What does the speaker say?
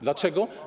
Dlaczego?